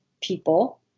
people